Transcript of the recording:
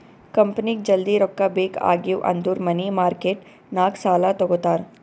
ಕಂಪನಿಗ್ ಜಲ್ದಿ ರೊಕ್ಕಾ ಬೇಕ್ ಆಗಿವ್ ಅಂದುರ್ ಮನಿ ಮಾರ್ಕೆಟ್ ನಾಗ್ ಸಾಲಾ ತಗೋತಾರ್